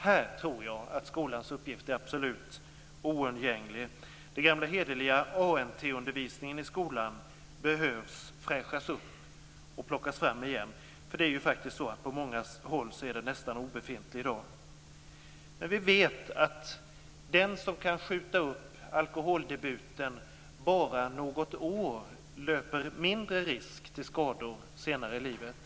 Här tror jag att skolans uppgift är absolut oundgänglig. Den gamla hederliga ANT-undervisningen i skolan behöver fräschas upp och plockas fram igen. Det är ju faktiskt så att den är nästan obefintlig på många håll i dag. Vi vet att den som kan skjuta upp alkoholdebuten bara något år löper mindre risk för skador senare i livet.